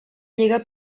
lliga